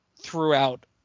throughout